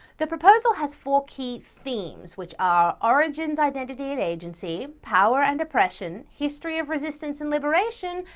the proposal has four key themes, which are origins, identity, and agency, power and oppression, history of resistance and liberation,